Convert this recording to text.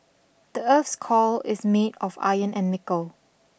the earth's core is made of iron and nickel